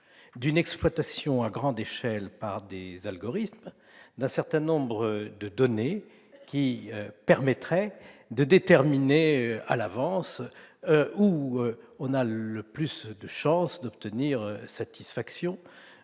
d'une exploitation à grande échelle, par des algorithmes, d'un certain nombre de données qui permettraient de déterminer à l'avance où l'on a le plus de chance d'obtenir satisfaction,